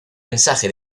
mensaje